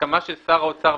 הסכמה של שר האוצר,